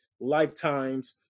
lifetimes